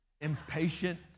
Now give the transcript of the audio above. impatient